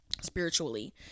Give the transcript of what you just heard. spiritually